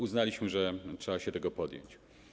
Uznaliśmy, że trzeba się tego podjąć.